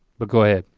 but go ahead.